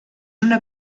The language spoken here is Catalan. una